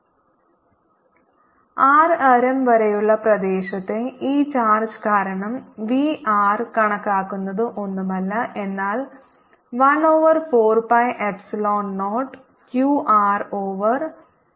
R ആരം വരെയുള്ള പ്രദേശത്തെ ഈ ചാർജ് കാരണം v r കണക്കാക്കുന്നത് ഒന്നുമല്ല എന്നാൽ 1 over 4 pi epsilon 0 q r over r